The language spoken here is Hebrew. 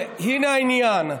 והינה העניין: